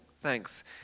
thanks